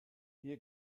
hier